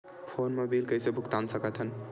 Phone मा bill कइसे भुक्तान साकत हन?